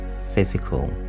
physical